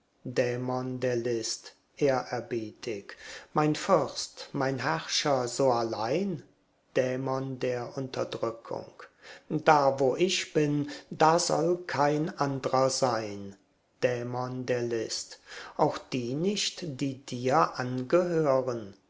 dämon der list ehrerbietig mein fürst mein herrscher so allein dämon der unterdrückung da wo ich bin da soll kein andrer sein dämon der list auch die nicht die dir angehören